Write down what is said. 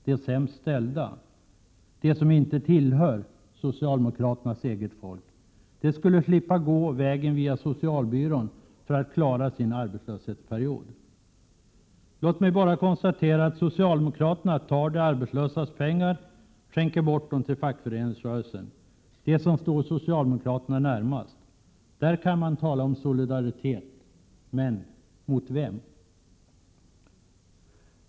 De sämst ställda, de som inte tillhör socialdemokraternas eget folk, skulle slippa gå vägen via socialbyrån för att klara sin arbetslöshetsperiod. Låt mig bara konstatera att socialdemokraterna tar de arbetslösas pengar och skänker bort dem till fackföreningsrörelsen, som står socialdemokraterna närmast. Där kan man tala om solidaritet, men mot vem?